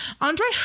Andre